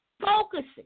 Focusing